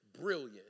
brilliant